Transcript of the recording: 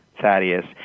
Thaddeus